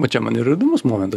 va čia man ir įdomus momentas